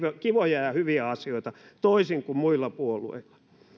kivoja ja hyviä asioita toisin kuin muilla puolueilla